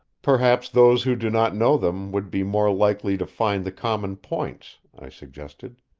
perhaps those who do not know them would be more likely to find the common points, i suggested.